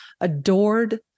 adored